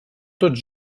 tots